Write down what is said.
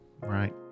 Right